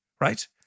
right